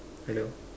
hello